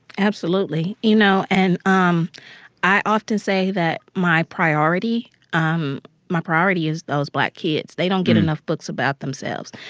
absolutely, you know, and um i often say that my priority um my priority is those black kids. they don't get enough books about themselves.